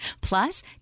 Plus